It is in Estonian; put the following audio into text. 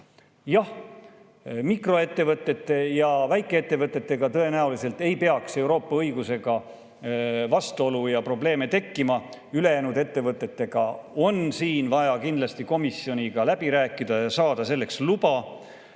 Jah, mikroettevõtete ja väikeettevõtete puhul ei peaks tõenäoliselt Euroopa õigusega vastuolu ja probleeme tekkima. Ülejäänud ettevõtete teemal on vaja kindlasti komisjoniga läbi rääkida ja saada selleks luba.